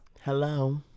Hello